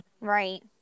Right